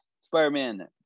spider-man